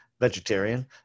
vegetarian